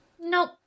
Nope